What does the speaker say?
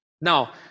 now